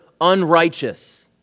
unrighteous